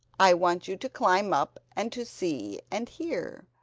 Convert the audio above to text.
i want you to climb up and to see and hear.